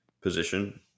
position